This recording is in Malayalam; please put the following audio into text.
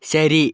ശരി